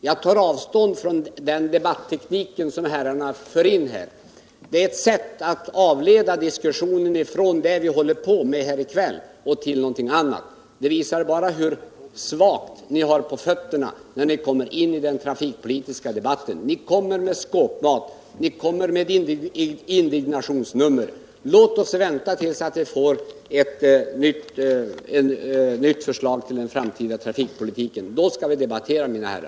Jag tar avstånd från den debatteknik som herrarna här tillämpar. Det är ett sätt att avleda diskussionen från det som vi diskuterar i kväll och föra in den på något annat. Det visar hur dåligt ni har på fötterna, när ni kommer in i den trafikpolitiska debatten. Ni kommer med skåpmat och indignationsnummer. Låt oss vänta till dess vi får ett förslag om den framtida trafikpolitiken. Då, mina herrar, skall vi debattera!